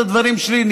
אמרתי את הדברים שלי.